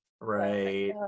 Right